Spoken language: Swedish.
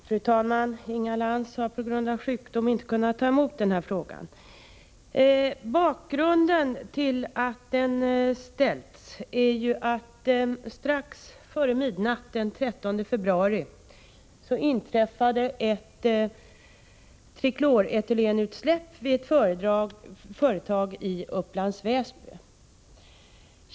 Fru talman! Inga Lantz kan på grund av sjukdom inte ta emot svaret på den fråga hon framställt. Bakgrunden till frågan är att det strax före midnatt den 13 februari inträffade ett trikloretylenutsläpp vid ett företag i Upplands Väsby.